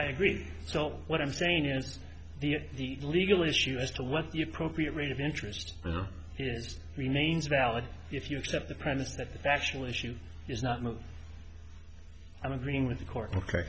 i agree so what i'm saying is the legal issue as to what the appropriate rate of interest is remains valid if you accept the premise that the factual issue is not no i'm agreeing with the court ok